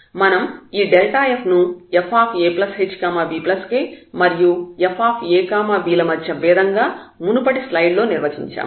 మనం ఈ f ను fahbk మరియు fab ల మధ్య భేదం గా మునుపటి స్లైడ్ లో నిర్వచించాము